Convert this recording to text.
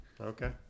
Okay